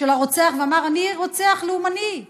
של הרוצח, שאמר: אני רוצח לאומני.